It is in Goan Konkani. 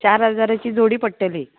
चार हजाराची जोडी पडटली